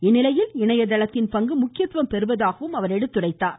இந்நிலையில் இணையதளத்தின் பங்கு முக்கியத்துவம் பெறுவதாகவும் அவர் குறிப்பிட்டார்